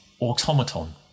automaton